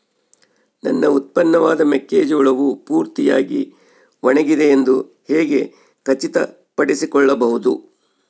ನನ್ನ ಉತ್ಪನ್ನವಾದ ಮೆಕ್ಕೆಜೋಳವು ಪೂರ್ತಿಯಾಗಿ ಒಣಗಿದೆ ಎಂದು ಹೇಗೆ ಖಚಿತಪಡಿಸಿಕೊಳ್ಳಬಹುದು?